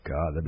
God